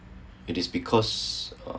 it is because uh